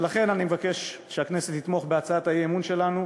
ולכן אני מבקש שהכנסת תתמוך בהצעת האי-אמון שלנו.